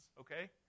okay